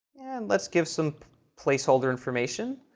and let's give some place holder information.